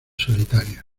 solitarias